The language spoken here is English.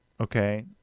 Okay